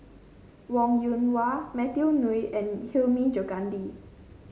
Wong Yoon Wah Matthew Ngui and Hilmi Johandi